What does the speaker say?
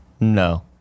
No